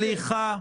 סליחה.